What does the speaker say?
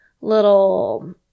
little